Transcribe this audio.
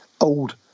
old